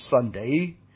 Sunday